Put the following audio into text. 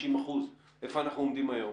50%. איפה אנחנו עומדים היום?